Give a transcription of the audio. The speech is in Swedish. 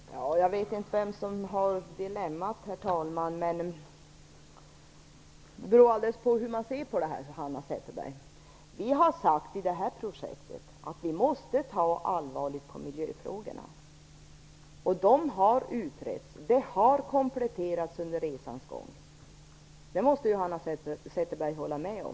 Herr talman! Jag vet inte vem som har ett dilemma här. Det beror alldeles på hur man ser på den här saken. Vi har sagt att vi i det här projektet måste ta allvarligt på miljöfrågorna, och de har utretts. Det har skett kompletteringar under resans gång. Det måste Hanna Zetterberg hålla med om.